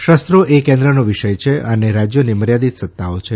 શસ્ત્રો એ કેન્દ્રનો વિષય છે અને રાજ્યોને મર્યાદીત સત્તાઓ છે